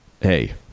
Hey